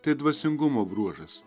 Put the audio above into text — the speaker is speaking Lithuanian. tai dvasingumo bruožas